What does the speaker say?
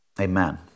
Amen